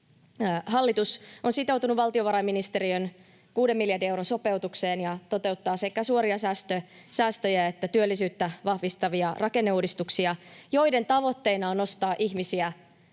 Hallitus on sitoutunut valtiovarainministeriön kuuden miljardin euron sopeutukseen ja toteuttaa sekä suoria säästöjä että työllisyyttä vahvistavia rakenneuudistuksia, joiden tavoitteena on nostaa ihmisiä